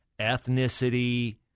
ethnicity